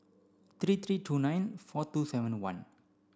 three three two nine four two seven one